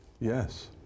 Yes